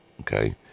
okay